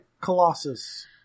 Colossus